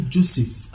Joseph